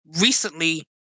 recently